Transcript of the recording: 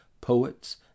poets